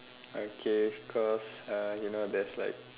okay cause uh you know there's like